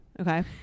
Okay